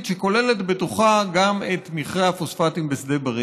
גם בנאום הקודם שלי התחלתי לדבר על הנושא של היחס למפעלים מזהמים.